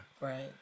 Right